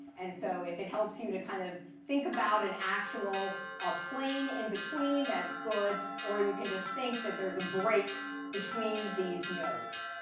and so if it helps you to kind of think about an actual ah plane in between, that's good. or you can just think that there's a break between these nodes.